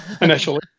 initially